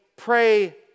Pray